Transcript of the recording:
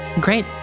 Great